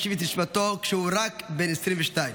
השיב את נשמתו, והוא רק בן 22 שנה.